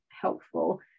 helpful